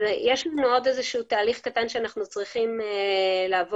יש עוד איזשהו תהליך קטן שאנחנו צריכים לעבור